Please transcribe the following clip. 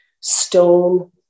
stone